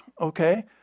Okay